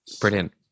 Brilliant